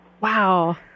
Wow